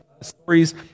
stories